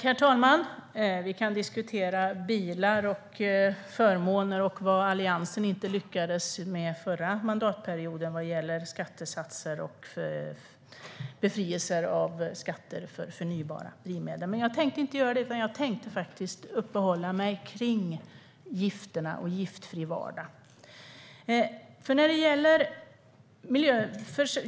Herr talman! Vi kan diskutera bilar och förmåner och vad Alliansen inte lyckades göra under förra mandatperioden vad gäller skattesatser och befrielse av skatter på förnybara drivmedel. Men jag ska inte göra det. I stället tänkte jag uppehålla mig vid gifterna och en giftfri vardag.